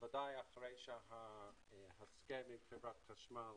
בוודאי אחרי שההסכם ממכירת חשמל